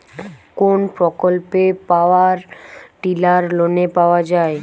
কোন প্রকল্পে power tiller লোনে পাওয়া য়ায়?